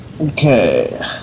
Okay